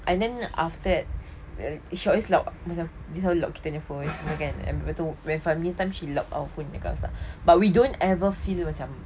and then after that she always like lock kita punya phone semua kan then habis tu when family time she lock off kan I was like but we don't ever feel macam